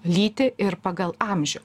lytį ir pagal amžių